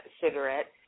cigarette